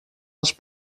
els